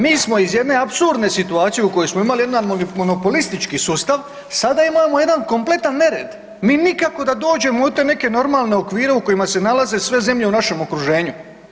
Mi smo iz jedne apsurdne situacije u kojoj smo imali jedan monopolistički sustav, sada imamo jedan kompletan nered, mi nikako da dođemo u te neke normalne okvire u kojima se nalaze sve zemlje u našem okruženju.